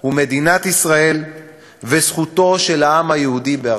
הוא מדינת ישראל וזכותו של העם היהודי בארצו.